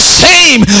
shame